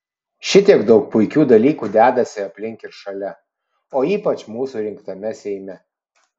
šitiek daug puikių dalykų dedasi aplink ir šalia o ypač mūsų rinktame seime